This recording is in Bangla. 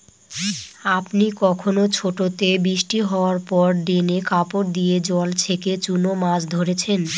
আপনি কখনও ছোটোতে বৃষ্টি হাওয়ার পর ড্রেনে কাপড় দিয়ে জল ছেঁকে চুনো মাছ ধরেছেন?